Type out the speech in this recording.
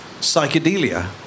psychedelia